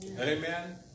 Amen